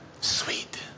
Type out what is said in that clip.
Sweet